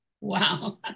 Wow